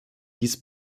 dies